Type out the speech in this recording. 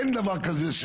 אין דבר כזה,